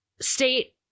state